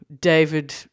David